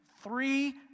Three